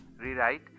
rewrite